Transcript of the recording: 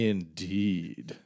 Indeed